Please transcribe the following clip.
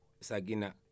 Sagina